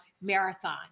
marathon